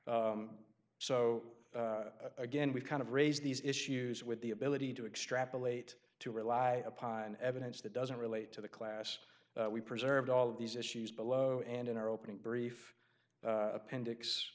so again we've kind of raised these issues with the ability to extrapolate to rely upon evidence that doesn't relate to the class we preserved all of these issues below and in our opening brief appendix